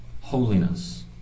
holiness